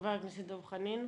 חבר הכנסת דב חנין.